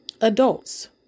Adults